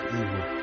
evil